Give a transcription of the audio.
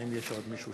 בעד נחמן שי,